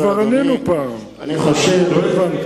פעם אחת תשובה.